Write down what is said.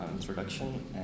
introduction